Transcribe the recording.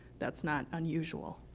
that's not unusual.